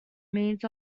means